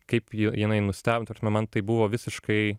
kaip ji jinai nusteb ta prasme man tai buvo visiškai